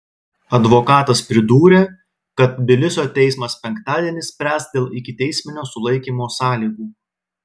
advokatas pridūrė kad tbilisio teismas penktadienį spręs dėl ikiteisminio sulaikymo sąlygų